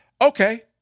okay